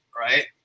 right